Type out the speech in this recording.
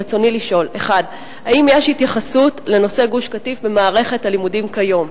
רצוני לשאול: 1. האם יש התייחסות לנושא גוש-קטיף במערכת הלימודים כיום?